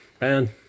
man